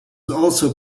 also